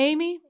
Amy